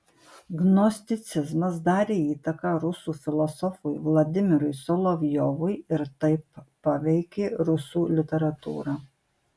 gnosticizmas darė įtaką rusų filosofui vladimirui solovjovui ir taip paveikė rusų literatūrą